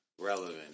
relevant